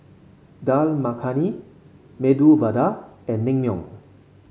Dal Makhani Medu Vada and Naengmyeon